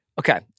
Okay